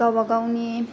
गावबागावनि